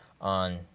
on